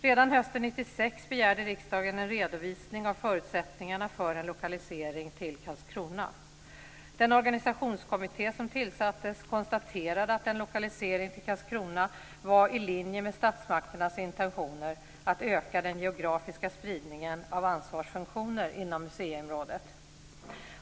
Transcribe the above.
Redan hösten 1996 begärde riksdagen en redovisning av förutsättningarna för en lokalisering till Karlskrona. Den organisationskommitté som tillsattes konstaterade att en lokalisering till Karlskrona var i linje med statsmakternas intentioner att öka den geografiska spridningen av ansvarsfunktioner inom museiområdet.